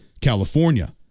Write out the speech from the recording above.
California